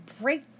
break